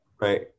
Right